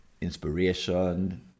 inspiration